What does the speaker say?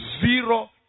zero